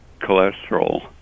cholesterol